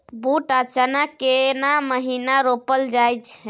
बूट आ चना केना महिना रोपल जाय छै?